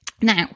Now